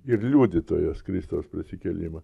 ir liudytojos kristaus prisikėlimą